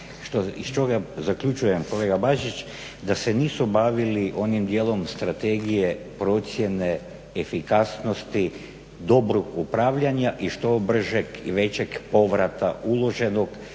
iz čega zaključujem kolega Bačić da se nisu bavili onim dijelom strategije procjene efikasnosti dobrog upravljanja i što bržeg i većeg povrata uloženog.